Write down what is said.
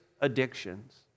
addictions